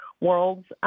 world's